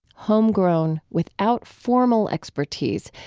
homegrown, without formal expertise,